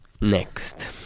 next